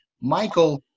Michael